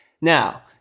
Now